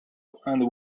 and